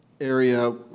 area